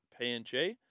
PNG